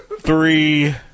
Three